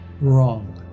wrong